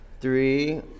Three